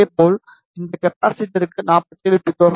இதேபோல் இந்த கப்பாசிட்டர்க்கு 47 பி